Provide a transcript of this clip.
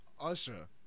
Usher